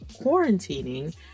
quarantining